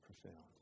profound